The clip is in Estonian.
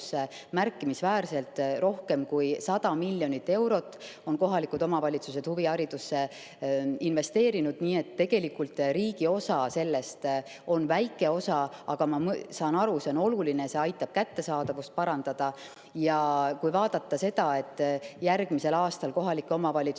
märkimisväärselt: rohkem kui 100 miljonit eurot on kohalikud omavalitsused huviharidusse investeerinud. Nii et tegelikult riigi osa selles on väike osa, aga ma saan aru, et see on oluline, see aitab kättesaadavust parandada. Aga järgmisel aastal kohalike omavalitsuste